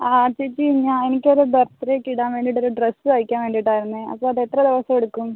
ആ ചേച്ചി ഞാൻ എനിക്ക് ഒരു ബർത്ത്ഡേക്ക് ഇടാൻ വേണ്ടിയിട്ട് ഒരു ഡ്രസ്സ് തയ്ക്കാൻ വേണ്ടിയിട്ടായിരുന്നു അപ്പോൾ അത് എത്ര ദിവസം എടുക്കും